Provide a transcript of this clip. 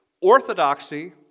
orthodoxy